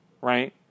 right